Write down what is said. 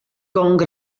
gong